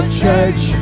church